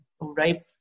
right